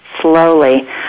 slowly